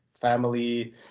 family